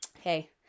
Hey